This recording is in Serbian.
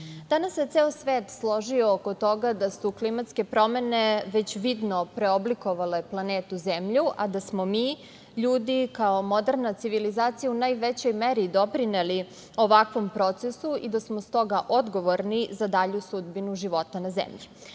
Danas se ceo svet složio oko toga da su klimatske promene već vidno preoblikovale planetu Zemlju, a da smo mi, ljudi, kao moderna civilizacija, u najvećoj meri doprineli ovakvom procesu i da smo stoga odgovorni za dalju sudbinu života na Zemlji.